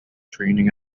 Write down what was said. training